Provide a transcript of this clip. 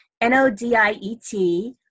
N-O-D-I-E-T